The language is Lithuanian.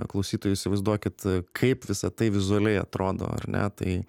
klausytojai įsivaizduokit kaip visa tai vizualiai atrodo ar ne tai